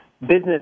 business